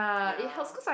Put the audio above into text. ya